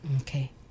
Okay